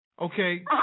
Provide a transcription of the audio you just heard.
okay